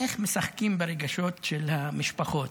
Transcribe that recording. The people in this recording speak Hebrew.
איך משחקים ברגשות של המשפחות.